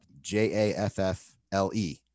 j-a-f-f-l-e